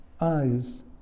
eyes